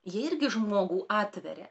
jie irgi žmogų atveria